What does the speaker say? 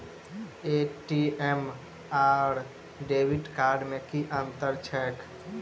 ATM आओर debit card मे की अंतर छैक?